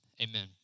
amen